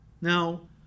Now